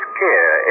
care